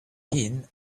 him